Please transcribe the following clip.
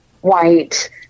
white